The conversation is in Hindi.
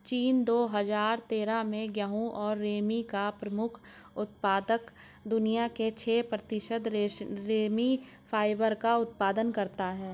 चीन, दो हजार तेरह में गेहूं और रेमी का प्रमुख उत्पादक, दुनिया के छह प्रतिशत रेमी फाइबर का उत्पादन करता है